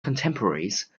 contemporaries